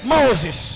Moses